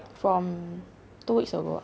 from two weeks ago lah